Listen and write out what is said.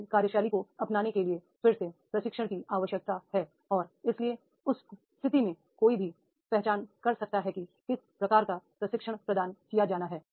नई कार्यशैली को अपनाने के लिए फिर से प्रशिक्षण की आवश्यकता है और इसलिए उस स्थिति में कोई भी पहचान कर सकता है कि किस प्रकार का प्रशिक्षण प्रदान किया जाना है